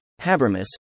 Habermas